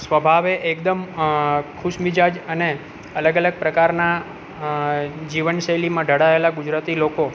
સ્વભાવે એકદમ ખુશ મિજાજ અને અલગ અલગ પ્રકારના જીવન શૈલીમાં ઢળેલાં ગુજરાતી લોકો